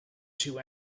two